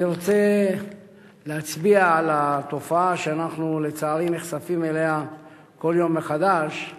אני רוצה להצביע על התופעה שלצערי אנחנו נחשפים אליה כל יום מחדש,